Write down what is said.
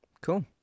Cool